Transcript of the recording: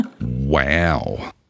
Wow